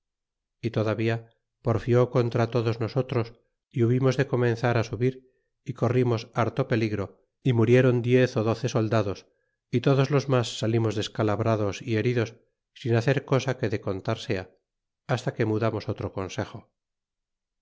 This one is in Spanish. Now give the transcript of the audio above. y todavía porfié contra todos nosotros y hubimos de comenzar a subir y corrimos harto peligro y murieron diez és doce soldados y todos los mas salimos descalabrados y heridos sin hacer cosa que de contar sea hasta que mudamos otro consejo